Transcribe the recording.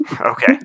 Okay